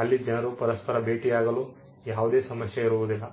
ಅಲ್ಲಿ ಜನರು ಪರಸ್ಪರ ಭೇಟಿಯಾಗಲು ಯಾವುದೇ ಸಮಸ್ಯೆ ಇರುವುದಿಲ್ಲ